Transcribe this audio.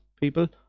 people